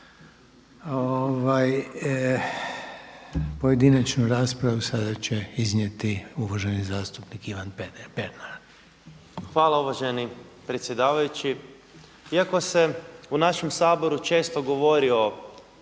Pojedinačnu raspravu sada će iznijeti uvaženi zastupnik Ivan Pernar. **Pernar, Ivan (Živi zid)** Hvala uvaženi predsjedavajući. Iako se u našem Saboru često govori o,